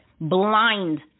blind